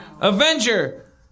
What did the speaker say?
Avenger